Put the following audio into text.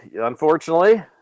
unfortunately